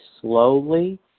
slowly